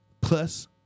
plus